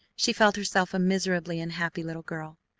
she felt herself a miserably unhappy little girl.